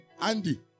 Andy